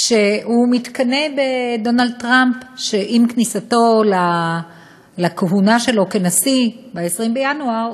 שהוא מתקנא בדונלד טראמפ שעם כניסתו לכהונה שלו כנשיא ב-20 בינואר,